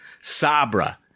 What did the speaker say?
Sabra